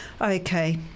Okay